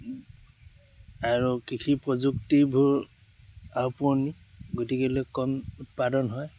আৰু কৃষি প্ৰযুক্তিবোৰ আও পুৰণি গতিকে লৈ কম উৎপাদন হয়